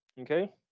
Okay